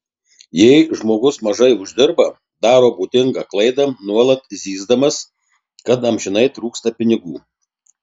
jei žmogus mažai uždirba daro būdingą klaidą nuolat zyzdamas kad amžinai trūksta pinigų